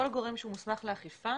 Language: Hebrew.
כל גורם שמוסמך לאכיפה